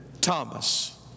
Thomas